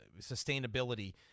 sustainability